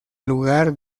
lugar